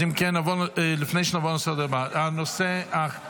אם כן, לפני שנעבור לנושא הבא, אני חוזר: